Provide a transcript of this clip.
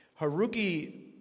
Haruki